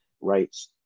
rights